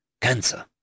Cancer